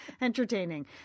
entertaining